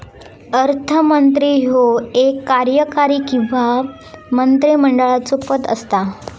अर्थमंत्री ह्यो एक कार्यकारी किंवा मंत्रिमंडळाचो पद असता